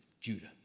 Judah